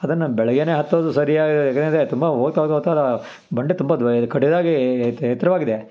ಅದನ್ನ ಬೆಳಗ್ಗೆನೇ ಹತ್ತೋದು ಸರಿ ಏಕೆಂದ್ರೆ ತುಂಬ ಹೋಗ್ತಾ ಬಂಡೆ ತುಂಬ ದೂರ ಇದೆ ಕಟ್ಟಿದಾಗೇ ಎತ್ತಿ ಎತ್ತರವಾಗಿದೆ